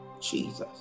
Jesus